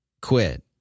quit